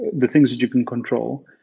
the things that you can control.